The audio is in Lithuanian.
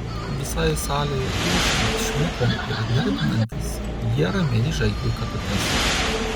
visai salei ošiant švilpiant ir nervinantis jie ramiai žaidė katutes